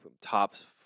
tops